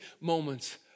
moments